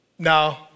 No